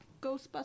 Ghostbuster